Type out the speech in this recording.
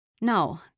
No